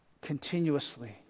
continuously